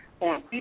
on